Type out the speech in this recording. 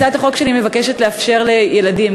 הצעת החוק שלי מבקשת לאפשר לילדים,